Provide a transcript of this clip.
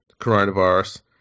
coronavirus